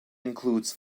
includes